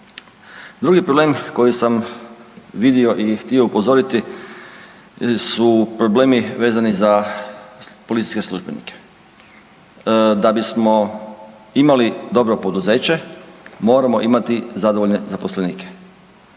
Drugi problem koji sam vidio i htio upozoriti su problemi vezani za policijske službenike. Da bismo imali dobro poduzeće moramo imati zadovoljne zaposlenike.